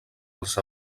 als